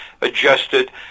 adjusted